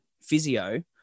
physio